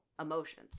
emotions